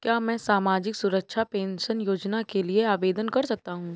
क्या मैं सामाजिक सुरक्षा पेंशन योजना के लिए आवेदन कर सकता हूँ?